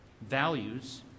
values